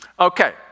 Okay